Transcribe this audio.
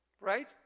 Right